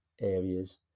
areas